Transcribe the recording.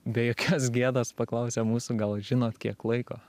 be jokios gėdos paklausė mūsų gal žinot kiek laiko